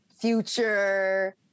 future